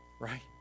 Right